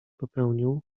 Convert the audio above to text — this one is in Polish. popełnił